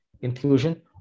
inclusion